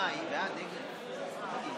(קוראת בשמות חברי הכנסת)